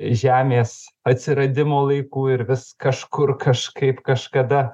žemės atsiradimo laikų ir vis kažkur kažkaip kažkada